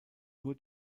nur